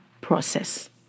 process